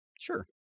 Sure